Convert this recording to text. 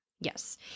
Yes